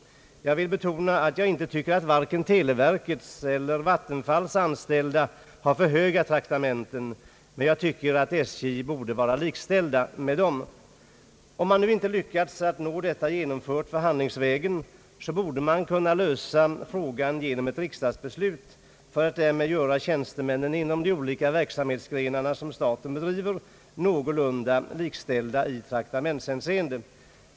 Jag vill betona att jag inte tycker att vare sig televerkets eller vattenfalls anställda har för höga traktamenten, men jag anser att SJ borde likställas med dessa verk. Om man nu inte lyckas få en likställighet genomförd förhandlingsvägen, borde man kunna lösa frågan genom ett riksdagsbeslut för att därmed göra tjänstemännen inom de olika statliga verksamhetsgrenarna någorlunda likställda i traktamentshänseende.